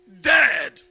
dead